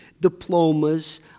diplomas